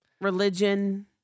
Religion